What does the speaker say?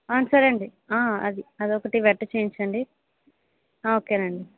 సరేండి అది అదొకటి వెట్ చేయించండి ఓకేనండి